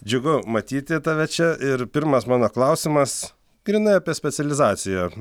džiugu matyti tave čia ir pirmas mano klausimas grynai apie specializaciją